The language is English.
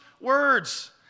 words